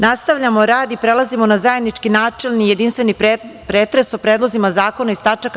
Nastavljamo rad i prelazimo na zajednički načelni i jedinstveni pretres o predlozima zakona iz tač.